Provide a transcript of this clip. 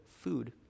food